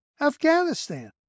Afghanistan